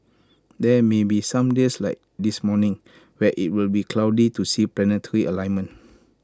there may be some days like this morning where IT will be too cloudy to see the planetary alignment